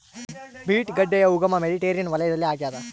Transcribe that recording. beet ಗಡ್ಡೆಯ ಉಗಮ Mediterranean ವಲಯದಲ್ಲಿ ಆಗ್ಯಾದ